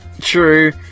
True